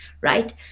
right